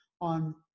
on